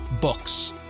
books